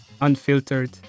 unfiltered